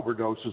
overdoses